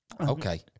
Okay